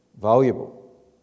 valuable